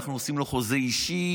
אנחנו עושים לו חוזה אישי,